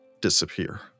disappear